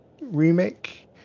remake